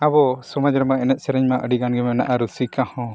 ᱟᱵᱚ ᱥᱚᱢᱟᱡᱽ ᱨᱮᱢᱟ ᱮᱱᱮᱡ ᱥᱮᱨᱮᱧ ᱢᱟ ᱟᱹᱰᱤ ᱜᱟᱱ ᱢᱮᱱᱟᱜᱼᱟ ᱨᱩᱥᱤᱠᱟ ᱦᱚᱸ